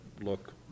look